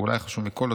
ואולי החשוב מכול,